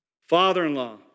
Father-in-law